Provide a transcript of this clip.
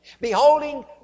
beholding